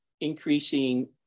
increasing